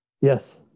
Yes